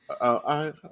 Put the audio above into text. I